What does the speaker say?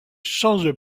change